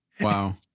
wow